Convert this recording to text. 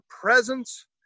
presence